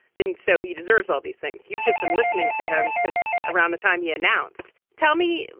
and so he deserves all these things. you've just been listening to him since around the time he announced. tell me,